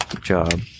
job